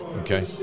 Okay